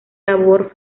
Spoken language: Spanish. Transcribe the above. labor